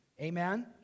Amen